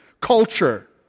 Culture